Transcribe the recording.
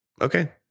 Okay